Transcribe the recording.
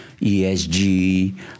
ESG